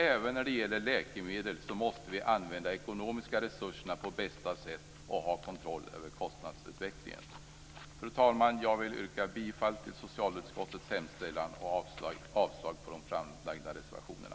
Även när det gäller läkemedel måste vi använda de ekonomiska resurserna på bästa sätt och ha kontroll över kostnadsutvecklingen. Fru talman! Jag vill yrka bifall till socialutskottets hemställan och avslag på de framlagda reservationerna.